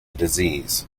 disease